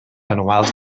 anuals